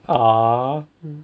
ah